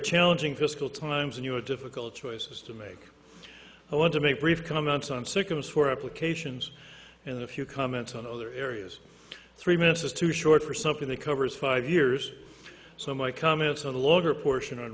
challenging fiscal times and you are difficult choices to make i want to make brief comments on sicamous for applications and a few comments on other areas three minutes is too short for something that covers five years so my comments on the longer portion o